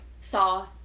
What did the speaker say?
Saw